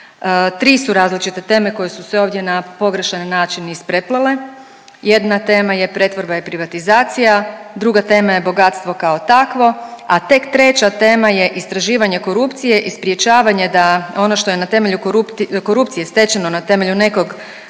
Tri su različite teme koje su se ovdje na pogrešan način ispreplele. Jedna tema je pretvorba i privatizacija, druga tema je bogatstvo kao takvo, a tek treća tema je istraživanje korupcije i sprječavanje da ono što je na temelju korupcije stečeno na temelju nekog dokazanog